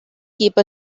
keep